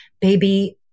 baby